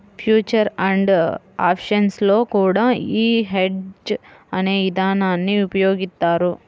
future and options లో కూడా యీ హెడ్జ్ అనే ఇదానాన్ని ఉపయోగిత్తారు